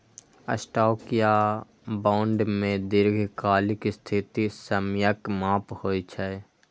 stock या bond मे दीर्घकालिक स्थिति समयक माप होइ छै